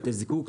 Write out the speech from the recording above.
בתי זיקוק,